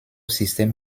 système